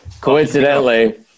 Coincidentally